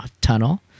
Tunnel